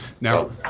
now